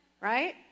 right